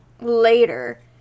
later